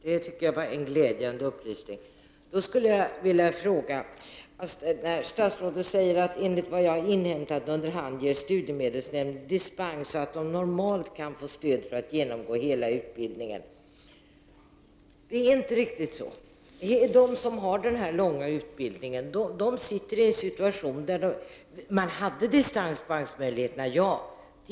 Herr talman! Det tycker jag var en glädjande upplysning. Statsrådet säger: ”Enligt vad jag har inhämtat under hand ger emellertid studiemedelsnämnden dispens så att de studerande normalt kan få stöd för att genomgå hela utbildningen —---.” Det är inte riktigt så. De som går den här långa utbildningen är i en besvärlig situation. Man hade dispensmöjligheter, ja, tills reformen av studiemedelssystemet kom. Det är de dispensmöjligheterna som har försvunnit.